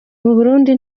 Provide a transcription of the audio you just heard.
burundi